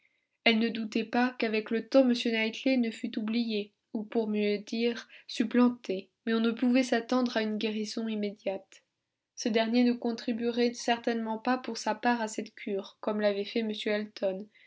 elle ne doutait pas qu'avec le temps m knightley ne fût oublié ou pour mieux dire supplanté mais on ne pouvait s'attendre à une guérison immédiate ce dernier ne contribuerait certainement pas pour sa part à cette cure comme l'avait fait m elton